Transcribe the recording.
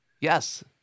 Yes